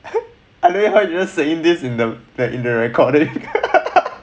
I love how you just saying this in the like in the recording